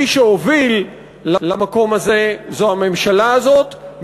מי שהוביל למקום הזה זו הממשלה הזאת,